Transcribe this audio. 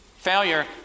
Failure